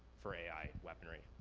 for ai weaponry?